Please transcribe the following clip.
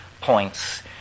points